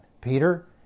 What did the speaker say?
Peter